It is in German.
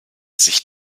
sich